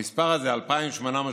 המספר הזה, 2,838,